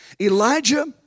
Elijah